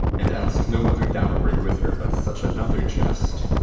and ask no other dowry with her but such another jest.